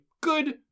good